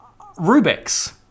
Rubik's